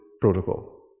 protocol